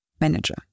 manager